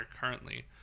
currently